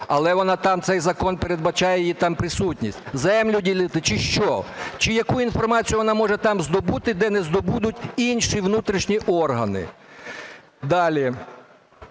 Але цей закон передбачає її там присутність. Землю ділити чи що? Чи яку інформацію вона може там здобути, де не здобудуть інші внутрішні органи? Далі.